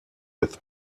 with